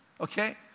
okay